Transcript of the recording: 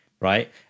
right